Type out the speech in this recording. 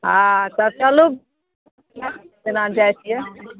आओर तऽ चलू जेना जाइ छियै